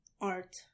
art